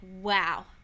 wow